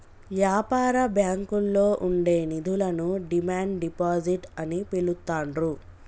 యాపార బ్యాంకుల్లో ఉండే నిధులను డిమాండ్ డిపాజిట్ అని పిలుత్తాండ్రు